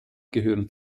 gehören